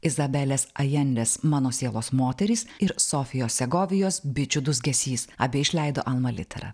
izabelės ajendės mano sielos moterys ir sofijos segovijos bičių dūzgesys abi išleido alma litera